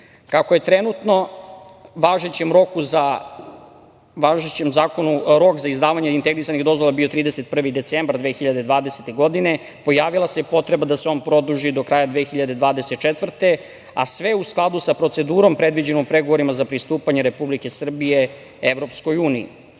EU.Kako je trenutno u važećem zakonu rok za izdavanje integrisanih dozvola bio 31. decembar 2020. godine, pojavila se potreba da se on produži do kraja 2024. godine, a sve u skladu sa procedurom predviđenom pregovorima za pristupanje Republike Srbije EU.